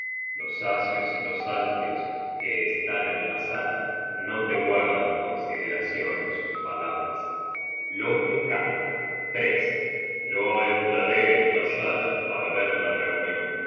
los asios y los alfios que están en la sala no te guardan consideracion en sus palabras loke canta yo entraré en la sala para ver la reunion